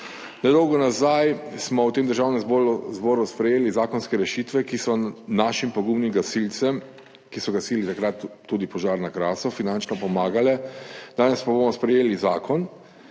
Nedolgo nazaj smo v Državnem zbor zboru sprejeli zakonske rešitve, ki so našim pogumnim gasilcem, ki so gasili takrat tudi požar na Krasu, finančno pomagale, danes pa bomo sprejeli zakon,